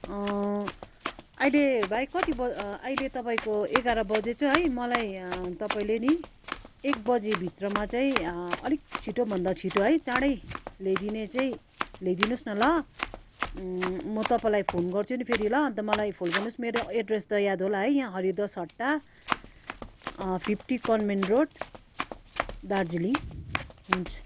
अहिले भाइ कति ब अहिले तपाईँको एघार बजे छ है मलाई तपाईँले नि एक बजी भित्रमा चाहिँ अलिक छिटो भन्दा छिटो है चाँडै ल्याइदिने चाहिँ ल्याइदिनुहोस् न ल म तपाईँलाई फोन गर्छु नि फेरि ल अन्त मलाई फोन गर्नुहोस् मेरो एड्रेस त याद होला है यहाँ Haridas Hatta fifty convent road Darjeeling हुन्छ